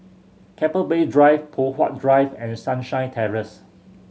Keppel Bay Drive Poh Huat Drive and Sunshine Terrace